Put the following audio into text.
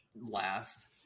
last